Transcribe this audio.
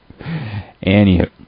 Anywho